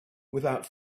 without